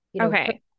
Okay